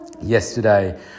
Yesterday